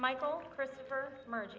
michael christopher merg